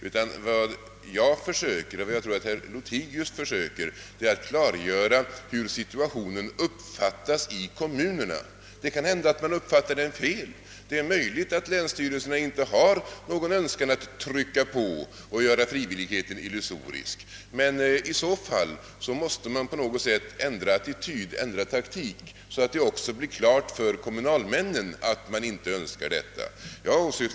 Men vad jag, och jag tror även herr Lothigius, försökt är att klargöra hur situationen uppfattas ute i kommunerna. Det kan hända att den uppfattas felaktigt. Det är möjligt att länsstyrelserna inte har någon önskan att trycka på och göra frivilligheten illusorisk. Men i så fall måste man på något sätt ändra attityd och taktik, så att det också för kommunalmännen blir klart att man inte önskar utöva något tryck.